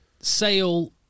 Sale